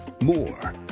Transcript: More